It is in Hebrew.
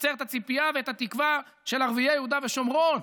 מייצר את הציפייה ואת התקווה של ערביי יהודה ושומרון,